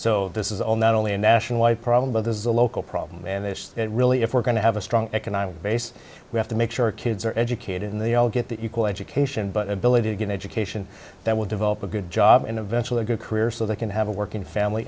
so this is all not only a national problem but this is a local problem and really if we're going to have a strong economic base we have to make sure kids are educated and they all get the equal education but ability to get education that will develop a good job and eventually a good career so they can have a working family